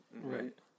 Right